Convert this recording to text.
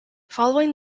following